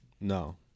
No